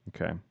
Okay